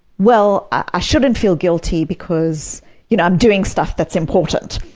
well, i shouldn't feel guilty because you know i'm doing stuff that's important.